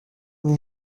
vous